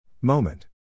Moment